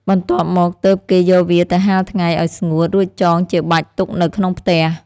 បន្ទាប់មកទើប គេយកវាទៅហាលថ្ងៃ អោយស្ងួត រួចចងជាបាច់ទុកនៅក្នុងផ្ទះ ។